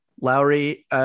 Lowry